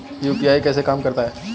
UPI कैसे काम करता है?